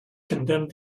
condemned